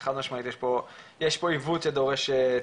חד משמעית יש פה עיוות שדורש תיקון.